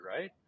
right